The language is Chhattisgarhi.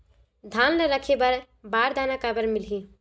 धान ल रखे बर बारदाना काबर मिलही?